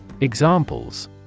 Examples